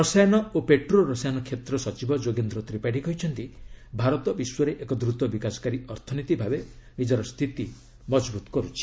ରସାୟନ ଓ ପେଟ୍ରୋ ରସାୟନ କ୍ଷେତ୍ର ସଚିବ ଯୋଗେନ୍ଦ୍ର ତ୍ରିପାଠୀ କହିଛନ୍ତି ଭାରତ ବିଶ୍ୱରେ ଏକ ଦ୍ରତବିକାଶକାରୀ ଅର୍ଥନୀତି ଭାବେ ନିଜର ସ୍ଥିତି ମଜବୁତ୍ କର୍ ଛି